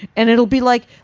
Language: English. and it'll be like,